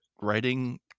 writing